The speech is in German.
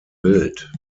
wild